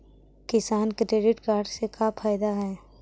किसान credit card से का फायदा है?